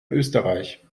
österreich